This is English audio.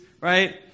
right